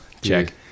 check